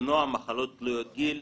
למנוע מחלות תלויות גיל,